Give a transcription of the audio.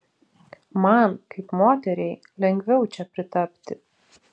man kaip moteriai lengviau čia pritapti